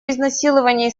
изнасилований